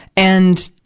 and,